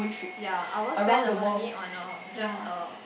ya I won't spend the money on a just a